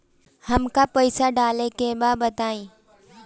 हमका पइसा डाले के बा बताई